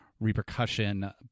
repercussion